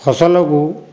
ଫସଲକୁ